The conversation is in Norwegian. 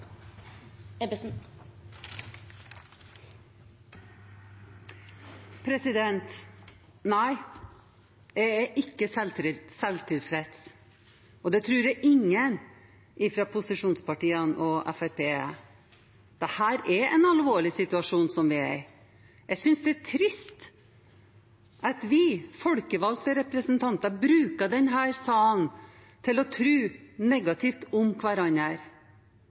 ikke selvtilfreds, og det tror jeg ingen fra posisjonspartiene eller Fremskrittspartiet er. Det er en alvorlig situasjon vi er i. Jeg synes det er trist at vi folkevalgte representanter bruker denne salen til å tro negativt om hverandre.